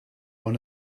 one